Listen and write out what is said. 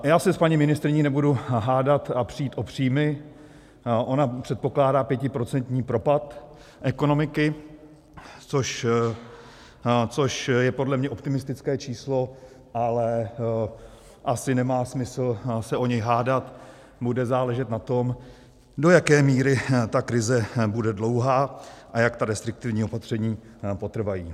Já se s paní ministryní nebudu hádat a přít o příjmy, ona předpokládá pětiprocentní propad ekonomiky, což je podle mě optimistické číslo, ale asi nemá smysl se o něj hádat, bude záležet na tom, do jaké míry ta krize bude dlouhá a jak ta restriktivní opatření potrvají.